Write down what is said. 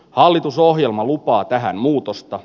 hallitusohjelma lupaa tähän muutosta